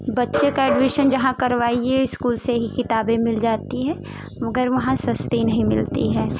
बच्चे का एडमिसन जहाँ करवाइए इस्कूल से ही किताबें मिल जाती है मगर वहाँ सस्ती नहीं मिलती है